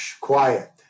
Quiet